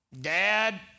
Dad